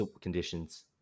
conditions